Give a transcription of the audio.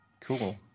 Cool